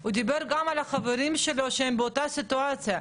הוא דיבר גם על החברים שלו שהם באותה סיטואציה.